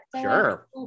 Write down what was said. Sure